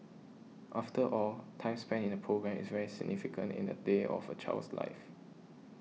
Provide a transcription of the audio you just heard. after all time spent in a programme is very significant in a day of a child's life